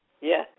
Yes